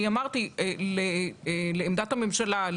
לשיטתך, כל חוק צריך לעבור הצעת חוק ממשלתית.